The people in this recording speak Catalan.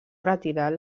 retirat